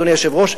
אדוני היושב-ראש,